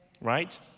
right